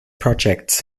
projects